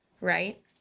right